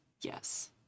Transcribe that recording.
Yes